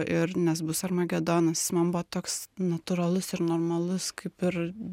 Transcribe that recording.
ir nes bus armagedonas jis man buvo toks natūralus ir normalus kaip ir